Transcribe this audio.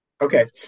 okay